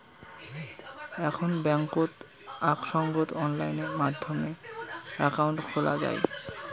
এখন বেংকত আক সঙ্গত অনলাইন মাধ্যমে একাউন্ট খোলা যাই